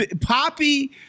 Poppy